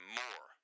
more